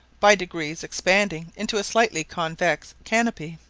by degrees expanding into a slightly convex canopy.